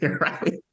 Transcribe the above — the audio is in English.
Right